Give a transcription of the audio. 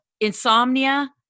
insomnia